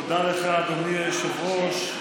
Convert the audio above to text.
תודה לך, אדוני היושב-ראש.